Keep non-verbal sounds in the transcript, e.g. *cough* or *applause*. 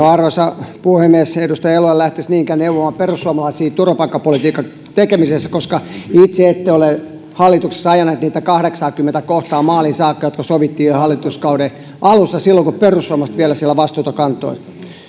*unintelligible* arvoisa puhemies edustaja elo en lähtisi niinkään neuvomaan perussuomalaisia turvapaikkapolitiikan tekemisessä koska itse ette ole hallituksessa ajaneet niitä kahdeksaakymmentä kohtaa maaliin saakka jotka sovittiin jo hallituskauden alussa silloin kun perussuomalaiset vielä siellä vastuuta kantoi